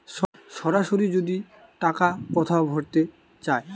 সরাসরি যদি টাকা কোথাও ভোরতে চায়